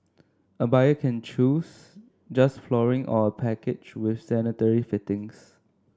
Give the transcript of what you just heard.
a buyer can choose just flooring or a package with sanitary fittings